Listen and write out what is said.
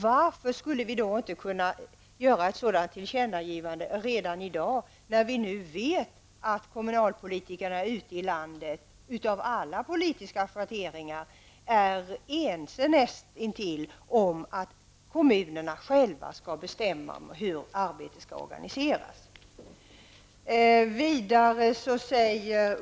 Varför skulle då inte riksdagen kunna göra ett sådant tillkännagivande redan i dag, när vi vet att kommunalpolitiker av alla politiska schatteringar ute i landet är näst intill ense om att kommunerna själva skall bestämma hur arbetet skall organiseras?